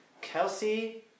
Kelsey